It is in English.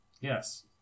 Yes